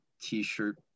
t-shirt